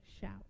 shout